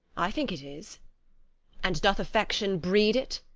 i think it is and doth affection breed it?